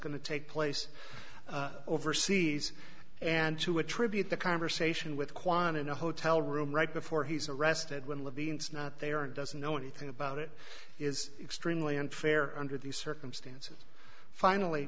going to take place overseas and to attribute the conversation with kwan in a hotel room right before he's arrested when levine's not there and doesn't know anything about it is extremely unfair under these circumstances finally